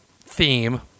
theme